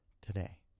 today